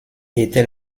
était